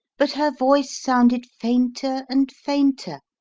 but her voice sounded fainter and fainter,